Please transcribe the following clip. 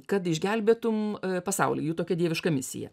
kad išgelbėtum pasaulį jų tokia dieviška misija